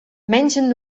menschen